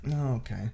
Okay